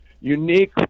unique